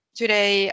today